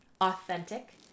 authentic